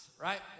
right